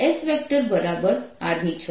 S R62sinθ3r50 છે